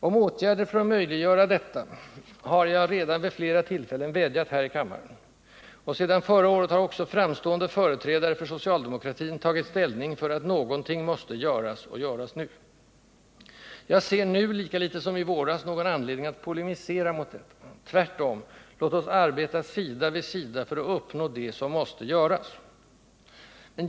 Om åtgärder för att möjliggöra detta har jag redan vid flera tillfällen vädjat här i kammaren, och sedan förra året har också framstående företrädare för socialdemokratin tagit ställning för att någonting måste göras, och göras nu. Jag ser nu lika litet som i våras inte någon anledning att polemisera mot detta: tvärtom, låt oss arbeta sida vid sida för att uppnå det, som måste göras.